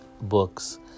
books